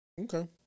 Okay